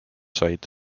said